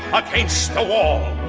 against a wall